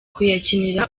kuyakinira